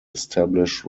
established